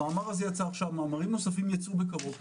המאמר הזה יצא עכשיו, אחרים ייצאו בקרוב.